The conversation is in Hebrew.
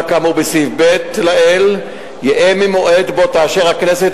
כאמור בסעיף (ב) לעיל יהא מהמועד שבו תאשר הכנסת